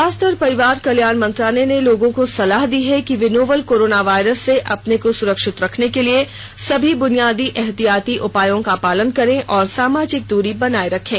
स्वास्थ्य और परिवार कल्याण मंत्रालय ने लोगों को सलाह दी है कि वे नोवल कोरोना वायरस से अपने को सुरक्षित रखने के लिए सभी बुनियादी एहतियाती उपायों का पालन करें और सामाजिक दूरी बनाए रखें